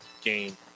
game